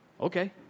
okay